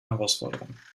herausforderung